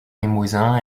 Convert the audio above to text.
limousin